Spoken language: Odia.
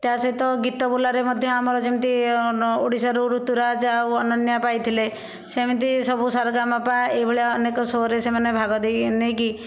ତା ସହିତ ଗୀତ ବୋଲାରେ ମଧ୍ୟ ଆମର ଯେମିତି ଓଡ଼ିଶାରୁ ଋତୁରାଜ ଆଉ ଅନନ୍ୟା ପାଇଥିଲେ ସେମିତି ସବୁ ସାରେଗାମାପା ଏଇ ଭଳିଆ ଅନେକ ସୋ ରେ ସେମାନେ ଭାଗ ଦେଇ ନେଇକି